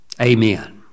amen